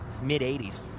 mid-80s